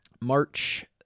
March